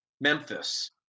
Memphis